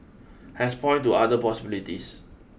has point to other possibilities